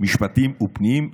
המשפטים והפנים,